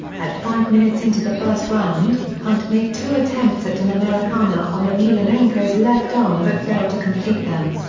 at five minutes into the first round, hunt made two attempts at an americana on emelianenko's left arm but failed to complete them.